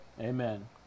Amen